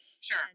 Sure